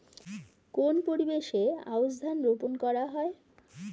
কোন পরিবেশে আউশ ধান রোপন করা হয়?